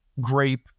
grape